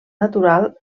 natural